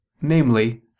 namely